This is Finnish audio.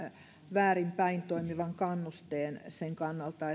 väärinpäin toimivan kannusteen sen kannalta